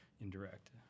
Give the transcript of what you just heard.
indirect